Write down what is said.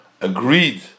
agreed